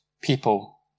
people